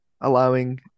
allowing